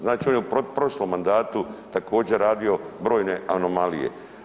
Znači on je u prošlom mandatu također radio brojne anomalije.